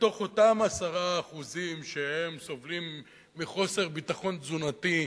בתוך אותם 10% שהם סובלים מחוסר ביטחון תזונתי,